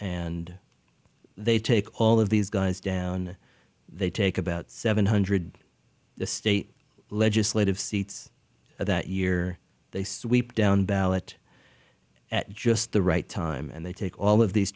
and they take all of these guys down they take about seven hundred state legislative seats that year they sweep down ballot at just the right time and they take all of these